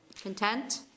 Content